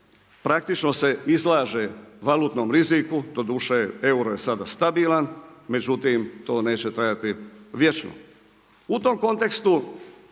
praktično se izlaže valutnom riziku, doduše euro je sada stabilan, međutim to neće trajati vječno. U tom kontekstu,